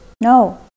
No